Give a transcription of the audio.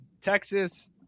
Texas